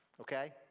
okay